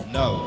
no